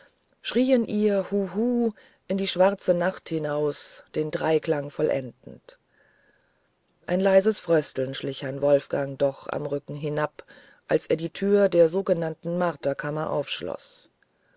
schrien ihr huhu in die schwarze nacht hinaus den dreiklang vollendend ein leises frösteln schlich herrn wolfgang doch am rücken hinab als er die tür der sogenannten marterkammer aufschloß